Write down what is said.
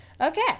Okay